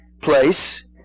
place